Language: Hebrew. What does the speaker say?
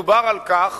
מדובר על כך